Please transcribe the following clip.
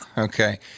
Okay